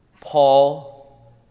Paul